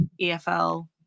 EFL